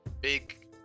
Big